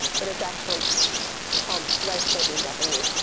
but it's actually called rice koji in japanese.